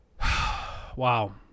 Wow